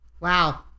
Wow